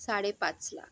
साडेपाच लाख